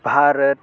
Bharat